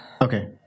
Okay